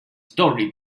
story